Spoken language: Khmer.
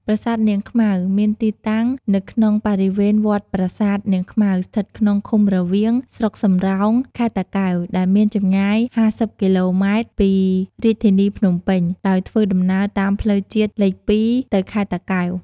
ប្រាសាទនាងខ្មៅ មានទីតាំងនៅក្នុងបរិវេណវត្តប្រាសាទនាងខ្មៅ ស្ថិតក្នុងឃុំរវៀង ស្រុកសំរោង ខេត្តតាកែវ ដែលមានចម្ងាយ ៥០ គីឡូម៉ែត្រពីធានីរាជភ្នំពេញ ដោយធ្វើដំណើរតាមផ្លូវជាតិលេខ ២ ទៅខេត្តតាកែវ។